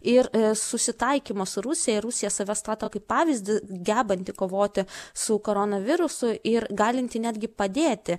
ir susitaikymą su rusija ir rusija save stato kaip pavyzdį gebantį kovoti su koronavirusu ir galintį netgi padėti